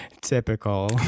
Typical